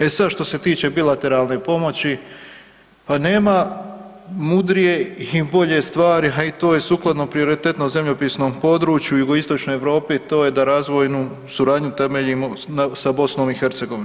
E sad što se tiče bilateralne pomoći pa nema mudrije i bolje stvari, a i to je sukladno prioritetno zemljopisnom području Jugoistočne Europe, to je da razvojnu suradnju temeljimo sa BiH.